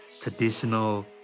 traditional